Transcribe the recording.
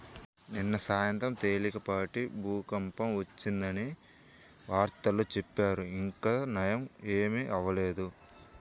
నిన్న సాయంత్రం తేలికపాటి భూకంపం వచ్చిందని వార్తల్లో చెప్పారు, ఇంకా నయ్యం ఏమీ అవ్వలేదు